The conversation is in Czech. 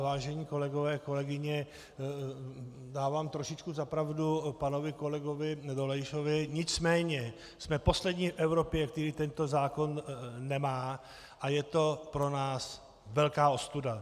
Vážení kolegové, kolegyně, dávám trošičku za pravdu panu kolegovi Dolejšovi, nicméně jsme poslední v Evropě, kdo tento zákon nemá, a je to pro nás velká ostuda.